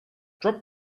drop